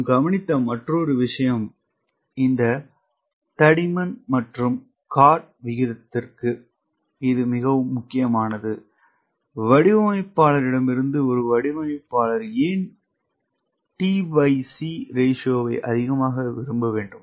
நாம் கவனித்த மற்றொரு முக்கியமான விஷயம் இந்த தடிமன் மற்றும் கார்ட் விகிதத்திற்கு இது மிகவும் முக்கியமானது வடிவமைப்பாளர்களிடமிருந்து ஒரு வடிவமைப்பாளர் ஏன் tc விகிதத்தை tc ratio அதிகமாக விரும்ப வேண்டும்